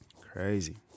Crazy